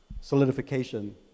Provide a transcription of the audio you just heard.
solidification